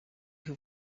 who